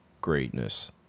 greatness